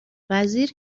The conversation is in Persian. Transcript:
وزیر